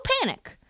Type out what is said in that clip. panic